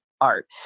art